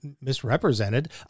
misrepresented